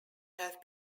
have